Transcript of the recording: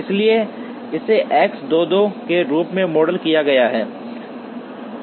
इसलिए इसे एक्स 2 2 के रूप में मॉडल किया जाएगा